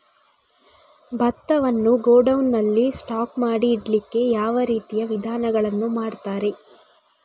ಭತ್ತವನ್ನು ಗೋಡೌನ್ ನಲ್ಲಿ ಸ್ಟಾಕ್ ಮಾಡಿ ಇಡ್ಲಿಕ್ಕೆ ಯಾವ ರೀತಿಯ ವಿಧಾನಗಳನ್ನು ಮಾಡ್ತಾರೆ?